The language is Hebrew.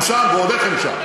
הם שם, ועוד איך הם שם.